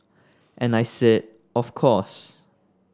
and I said of course